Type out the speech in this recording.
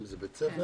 אם זה בית ספר,